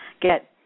get